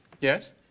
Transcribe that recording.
Yes